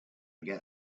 get